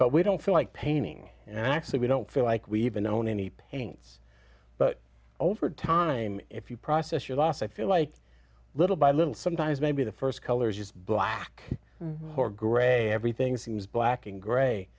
but we don't feel like painting and i say we don't feel like we even own any paints but over time if you process your loss i feel like little by little sometimes maybe the st colors just black or grey everything seems black and gray